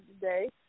today